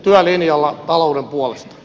työlinjalla talouden puolesta